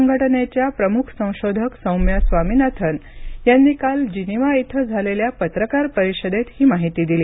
संघटनेच्या प्रमुख संशोधक सौम्या स्वामीनाथन यांनी काल जिनिवा इथं झालेल्या पत्रकार परिषदेत ही माहिती दिली